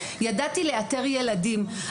ידעתי לאתר ילדים.